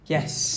Yes